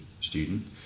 student